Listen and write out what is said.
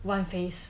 one phase